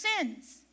sins